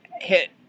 hit